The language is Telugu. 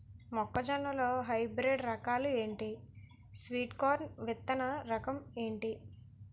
మొక్క జొన్న లో హైబ్రిడ్ రకాలు ఎంటి? స్వీట్ కార్న్ విత్తన రకం ఏంటి?